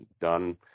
done